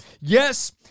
yes